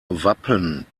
wappen